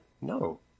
No